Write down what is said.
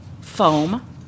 foam